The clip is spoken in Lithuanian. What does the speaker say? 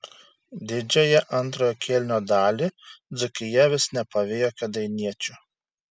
didžiąją antrojo kėlinio dalį dzūkija vis nepavijo kėdainiečių